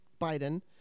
biden